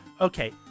Okay